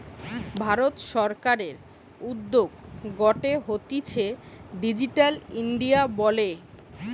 ভারত সরকারের উদ্যোগ গটে হতিছে ডিজিটাল ইন্ডিয়া বলে